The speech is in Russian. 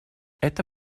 это